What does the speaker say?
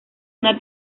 una